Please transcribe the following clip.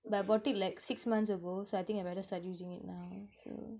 but I bought it like six months ago so I think I better start using it now also